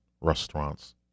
restaurants